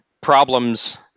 problems